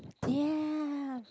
ya